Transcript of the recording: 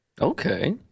okay